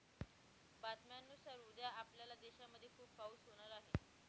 बातम्यांनुसार उद्या आपल्या देशामध्ये खूप पाऊस होणार आहे